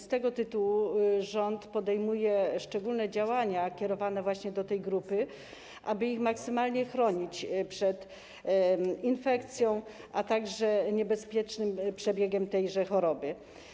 Z tego tytułu rząd podejmuje szczególne działania kierowane właśnie do tej grupy, aby ją maksymalnie chronić przed infekcją, a także przed niebezpiecznym przebiegiem tejże choroby.